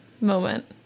moment